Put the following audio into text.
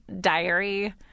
diary